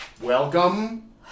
Welcome